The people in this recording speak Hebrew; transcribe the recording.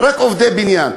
רק עובדי בניין.